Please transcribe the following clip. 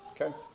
Okay